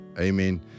Amen